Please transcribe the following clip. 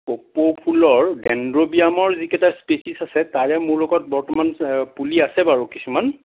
কপৌ ফুলৰ ডেনড্ৰবিয়ামৰ যিকেইটা স্পেচিছ আছে তাৰে মোৰ লগত বৰ্তমান পুলি আছে বাৰু কিছুমান